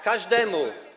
Każdemu.